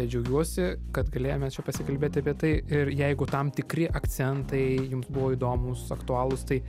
džiaugiuosi kad galėjome čia pasikalbėti apie tai ir jeigu tam tikri akcentai jums buvo įdomūs aktualūs tai